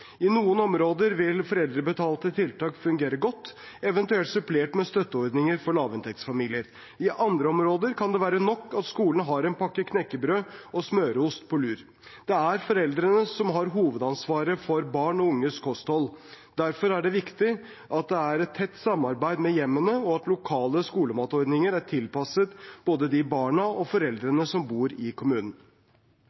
I noen områder vil foreldrebetalte tiltak fungere godt, eventuelt supplert med støtteordninger for lavinntektsfamilier. I andre områder kan det være nok at skolen har en pakke knekkebrød og smøreost på lur. Det er foreldrene som har hovedansvaret for barn og unges kosthold. Derfor er det viktig at det er et tett samarbeid med hjemmene, og at lokale skolematordninger er tilpasset både barna og